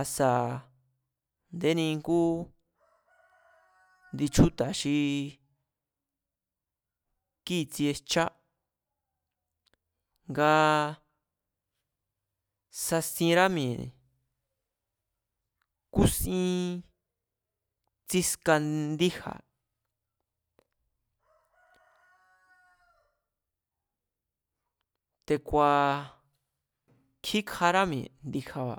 Asa̱ a̱ndéni ngú ndi chjúta̱ xi kíi̱tsie jchá ngaa sasienrá mi̱e̱, kusín tsíska ndíja̱. Te̱ku̱a̱ kjikjará mie̱ ndi̱ja̱ba̱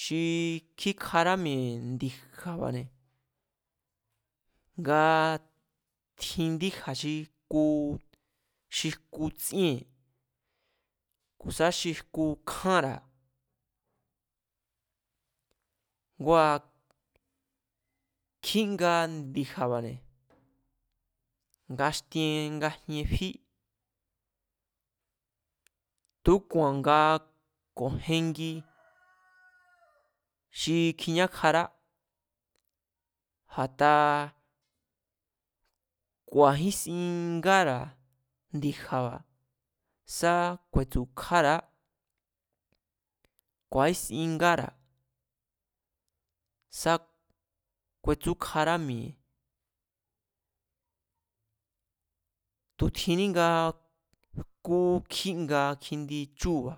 xi kjíkjará mi̱e̱ ndi̱ja̱ba̱ne̱ nga tjin ndíja̱ xi jku tsíée̱n ku̱ sá xi jku kjánra̱, ngua̱ kjínga ndi̱ja̱ba̱ne̱ ngaxtien ngajien fí, tu̱úku̱a̱n ngaa ko̱jengi xi kjiñákjará, a̱taa ku̱a̱jínsin ngara̱ ndi̱ja̱ba̱ sá ku̱e̱tsu̱kjára̱á, ku̱a̱ísin ngára̱ sá kuetsúkjará mi̱e̱, tu̱ tjinní nga jkú kjínga kjindi chúu̱ba̱